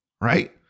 right